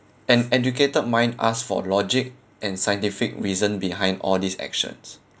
an educated mind ask for logic and scientific reason behind all these actions